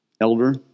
elder